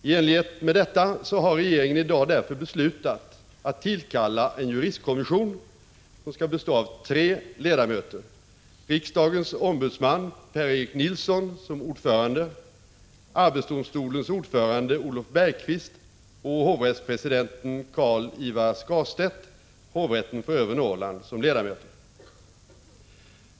I enlighet med detta har regeringen i dag därför beslutat tillkalla en juristkommission bestående av tre ledamöter: riksdagens ombudsman Per-Erik Nilsson som ordförande, arbetsdomstolens ordförande Olof Bergqvist och hovrättspresidenten Carl-Ivar Skarstedt, hovrätten för Övre Norrland.